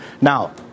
Now